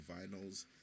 vinyls